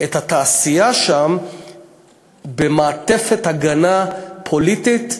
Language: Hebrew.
את התעשייה שם במעטפת הגנה פוליטית,